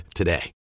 today